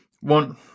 one